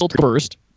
first